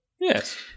Yes